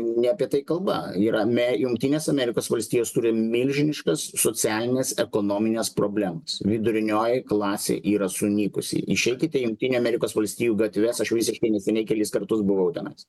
ne apie tai kalba yra me jungtinės amerikos valstijos turi milžiniškas socialines ekonomines problemas vidurinioji klasė yra sunykusi išeikite į jungtinių amerikos valstijų gatves aš visiškai neseniai kelis kartus buvau tenais